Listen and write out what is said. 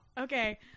Okay